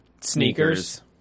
sneakers